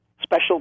special